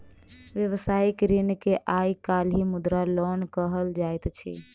व्यवसायिक ऋण के आइ काल्हि मुद्रा लोन कहल जाइत अछि